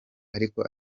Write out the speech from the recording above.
ariko